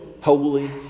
Holy